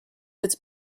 its